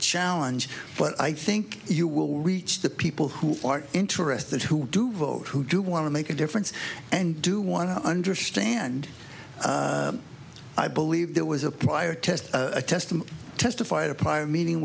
challenge but i think you will reach the people who are interested who do vote who do want to make a difference and do want to understand i believe there was a prior test a test him testify in a prior meeting